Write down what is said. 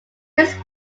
his